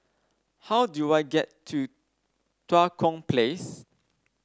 how do I get to Tua Kong Place